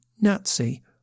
Nazi